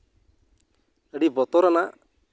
ᱟᱹᱰᱤ ᱵᱚᱛᱚᱨᱟᱱᱟᱜ